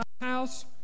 house